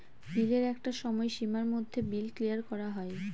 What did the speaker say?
বিলের একটা সময় সীমার মধ্যে বিল ক্লিয়ার করা হয়